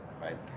right